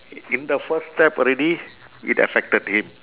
in the first step already it affected him